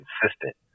consistent